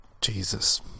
Jesus